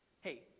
Hey